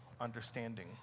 understanding